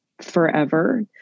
forever